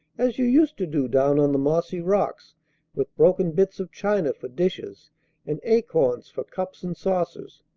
as you used to do down on the mossy rocks with broken bits of china for dishes and acorns for cups and saucers.